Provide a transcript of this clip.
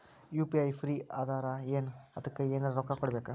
UPI free ಅದಾರಾ ಏನ ಅದಕ್ಕ ಎನೆರ ರೊಕ್ಕ ಕೊಡಬೇಕ?